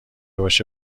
باشه